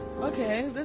Okay